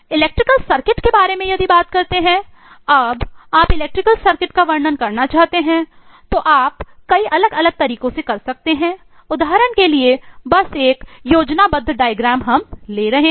electrical circuit कर सकते हैं